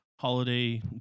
holiday